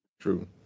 true